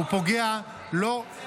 הוא פוגע לא --- לא רק הארכה,